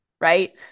right